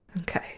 Okay